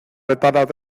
ventanas